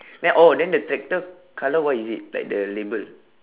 then oh then the tractor colour what is it like the label